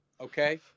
Okay